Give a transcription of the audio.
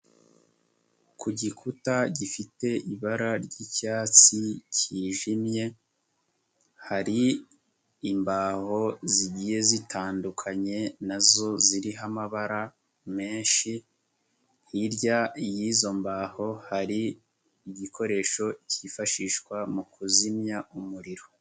Ku gikuta gifite ibara ry'icyatsi kijimye, hari imbaho zigiye zitandukanye na zo ziriho amabara menshi, hirya y'izo mbaho hari igikoresho kifashishwa mu kuzimya umuriro.